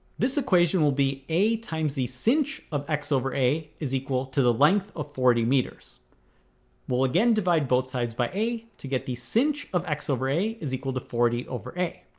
this equation will be a times the sinh of x over a is equal to the length of forty meters we'll again divide both sides by a to get the sinh of x over a is equal to forty over a